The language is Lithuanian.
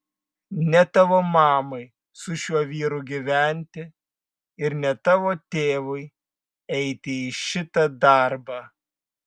ne tavo mamai su šiuo vyru gyventi ir ne tavo tėvui eiti į šitą darbą